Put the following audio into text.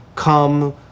Come